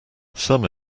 some